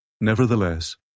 Nevertheless